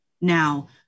Now